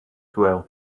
well